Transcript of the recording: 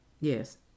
Yes